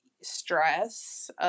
stress